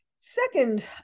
second